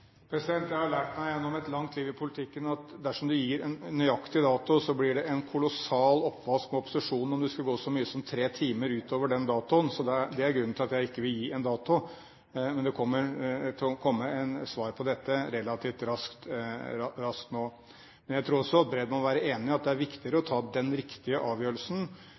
Jeg har lært meg gjennom et langt liv i politikken at dersom du gir en nøyaktig dato, blir det en kolossal oppvask med opposisjonen om det skulle gå så mye som tre timer utover den datoen. Det er grunnen til at jeg ikke vil gi en dato. Men det kommer et svar på dette relativt raskt. Jeg tror også Bredvold må være enig i at det er viktigere å ta den riktige avgjørelsen.